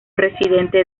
residente